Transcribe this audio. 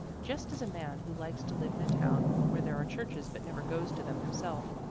just as a man who likes to live in a town where there are churches but never goes to them himself,